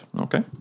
Okay